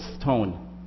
stone